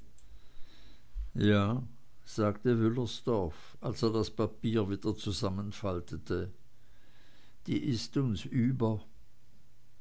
ja sagte wüllersdorf als er das papier wieder zusammenfaltete die ist uns über